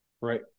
Right